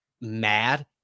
mad